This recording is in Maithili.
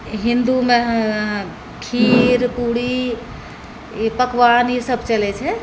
हिन्दूमे खीर पूड़ी पकवान ईसब चलै छै